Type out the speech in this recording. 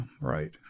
right